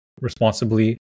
responsibly